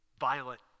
Violent